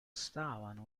stavano